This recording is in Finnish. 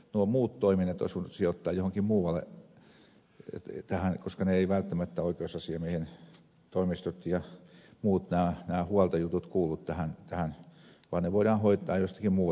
nuo muut toiminnot olisi voinut sijoittaa johonkin muualle koska ne eivät välttämättä oikeusasiamiehen toimistot ja muut nämä huoltojutut kuulu tähän vaan ne voidaan hoitaa jostakin muualta käsin